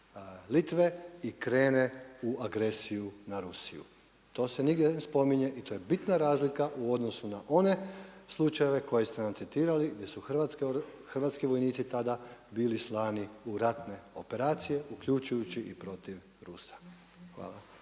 Litve i krene u agresiju na Rusiju. To se nigdje ne spominje i to je bitna razlika u odnosu na one slučajeve koje ste nam citirali gdje su hrvatski vojnici tada bili slani u ratne operacije uključujući i protiv Rusa. Hvala.